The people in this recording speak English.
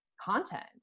content